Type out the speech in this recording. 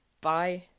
bye